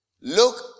look